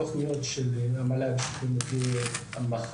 מגיעים לשם וסוגרים בפניהם את